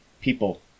people